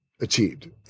achieved